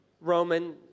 Roman